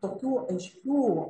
tokių aiškių